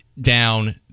down